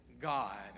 God